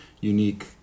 unique